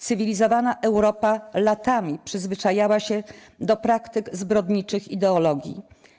Cywilizowana Europa latami przyzwyczajała się do praktyk zbrodniczych ideologii.